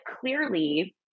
clearly